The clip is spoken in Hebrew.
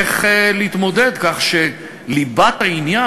איך להתמודד כך שליבת העניין,